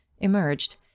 emerged